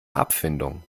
abfindung